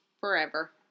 forever